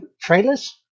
Trailers